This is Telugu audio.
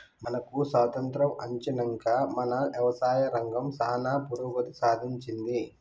మనకు స్వాతంత్య్రం అచ్చినంక మన యవసాయ రంగం సానా పురోగతి సాధించింది